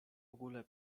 ogóle